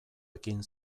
ekin